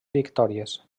victòries